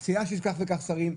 הוא לא מדבר על שרים.